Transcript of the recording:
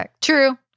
true